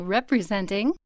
representing